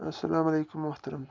اسلام علیکم محترم